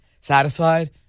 satisfied